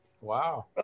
Wow